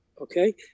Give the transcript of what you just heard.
okay